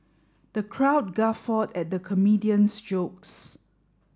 the crowd guffawed at the comedian's jokes